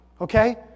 okay